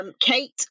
kate